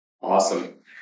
Awesome